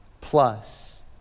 plus